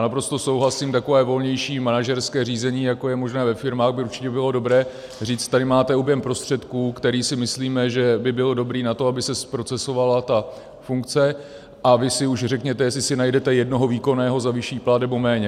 Naprosto souhlasím, takové volnější manažerské řízení, jako je možné ve firmách, by určitě bylo dobré, říct, tady máte objem prostředků, který si myslíme, že by byl dobrý na to, aby se zprocesovala ta funkce, a vy si už řeknete, jestli si najdete jednoho výkonného za vyšší plat, nebo méně.